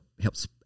helps